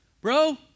bro